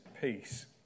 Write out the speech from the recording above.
peace